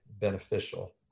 beneficial